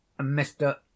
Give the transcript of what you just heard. Mr